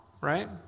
right